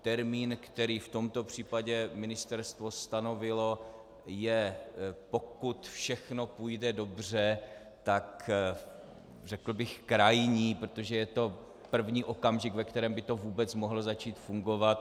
Termín, který v tomto případě ministerstvo stanovilo, je, pokud všechno půjde dobře, tak bych řekl krajní, protože je to první okamžik, ve kterém by to vůbec mohlo začít fungovat.